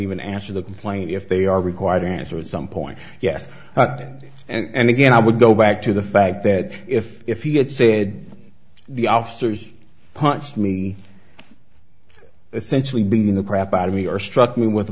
even answer the complaint if they are required to answer at some point yes and again i would go back to the fact that if if he had said the officers punched me essentially being in the crap out of me or struck me with a